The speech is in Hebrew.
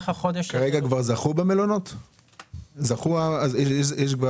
יש כבר